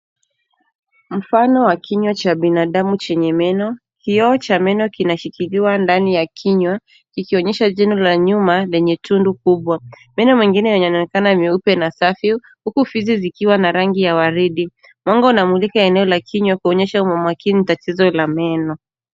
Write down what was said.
Mfano wa kinywa cha binadamu chenye meno. Kioo cha meno kinashikiliwa ndani ya kinywa, ikionyesha jino la nyuma lenye tundu kubwa. Meno mengine yanaonekana meupe na safi, huku fizi zikiwa na rangi ya waridi. Mwanga unamulika eneo la kinywa kuonyesha kwa umakini tatizo la meno.